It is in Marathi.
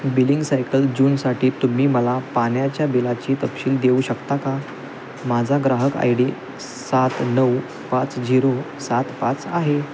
बिलिंग सायकल जूनसाठी तुम्ही मला पाण्याच्या बिलाची तपशील देऊ शकता का माझा ग्राहक आय डी सात नऊ पाच झिरो सात पाच आहे